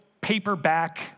paperback